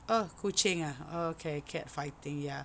oh kucing ah oh okay cat fighting ya